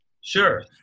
Sure